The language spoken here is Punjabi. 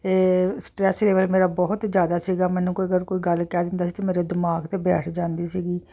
ਅਤੇ ਸਟਰੈਸ ਜਿਵੇਂ ਮੇਰਾ ਬਹੁਤ ਜ਼ਿਆਦਾ ਸੀਗਾ ਮੈਨੂੰ ਕੋਈ ਗੱਲ ਕਹਿ ਦਿੰਦਾ ਸੀ ਕਿ ਮੇਰੇ ਦਿਮਾਗ 'ਤੇ ਬੈਠ ਜਾਂਦੀ ਸੀਗੀ